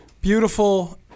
Beautiful